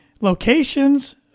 locations